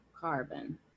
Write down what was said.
carbon